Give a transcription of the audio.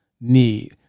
need